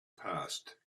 passed